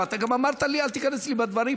ואתה גם אמרת לי: אל תיכנס לי בדברים.